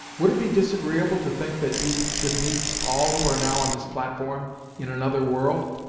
would it be disagreeable to think that you should meet all who are now on this platform in another world?